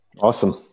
awesome